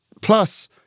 Plus